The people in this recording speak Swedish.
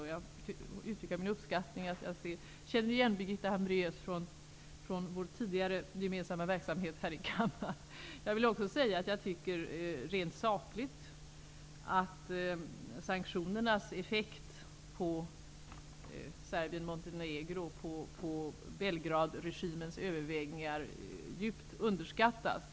Jag vill uttrycka min uppskattning, och jag känner igen Birgitta Hambraeus från vår tidigare gemensamma verksamhet här i kammaren. Jag vill också säga att jag rent sakligt tycker att sanktionernas effekt på Serbien-Montenegro, på Belgradregimens överväganden, djupt underskattas.